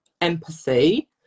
empathy